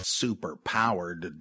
superpowered